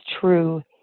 true